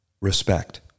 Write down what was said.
Respect